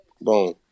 Boom